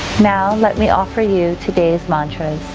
now, let me offer you today's mantras.